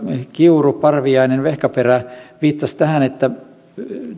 kiuru parviainen ja vehkaperä viittasivat tähän että